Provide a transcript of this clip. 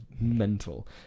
mental